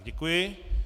Děkuji.